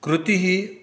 कृती ही